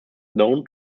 known